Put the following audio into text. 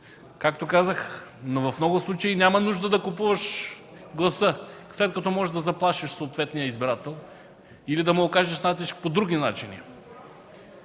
Както казах в много случаи няма нужда да купуваш гласа, след като можеш да заплашиш съответния избирател или да му окажеш натиск по други начини